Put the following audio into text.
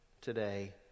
today